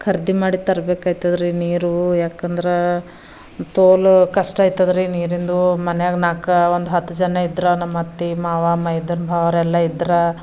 ಖರೀದಿ ಮಾಡಿ ತರ್ಬೇಕು ಆಯ್ತದ್ರಿ ನೀರು ಏಕೆಂದ್ರೆ ತೋಲು ಕಷ್ಟ ಆಯ್ತದ್ರಿ ನೀರಿಂದು ಮನೆಯಗ್ನಾಲ್ಕು ಒಂದು ಹತ್ತು ಜನ ಇದ್ದರೆ ನಮ್ಮ ಅತ್ತೆ ಮಾವ ಮೈದುನ ಭಾವರೆಲ್ಲ ಇದ್ರು